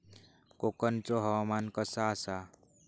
कोकनचो हवामान कसा आसा?